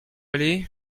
allé